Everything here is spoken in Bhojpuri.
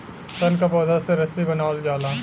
सन क पौधा से रस्सी बनावल जाला